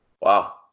Wow